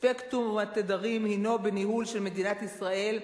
ספקטרום התדרים הינו בניהול של מדינת ישראל,